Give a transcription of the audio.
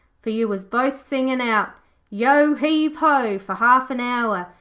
for you was both singin' out yo heave ho for half an hour,